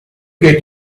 get